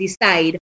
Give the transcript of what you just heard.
decide